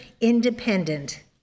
Independent